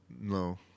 No